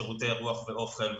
שירותי אירוח ואוכל,